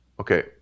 Okay